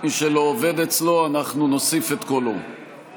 הוא עמד בראש סניף תנועת החרות